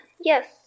yes